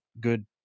good